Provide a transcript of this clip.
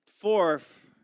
fourth